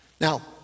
Now